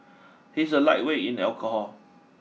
he is a lightweight in alcohol